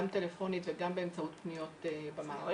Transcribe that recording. גם טלפונית וגם באמצעות פניות במערכת.